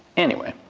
anyway.